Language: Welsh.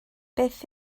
beth